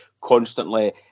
constantly